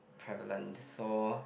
prevalent so